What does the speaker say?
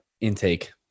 intake